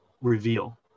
reveal